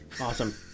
Awesome